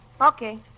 Okay